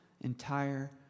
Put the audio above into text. entire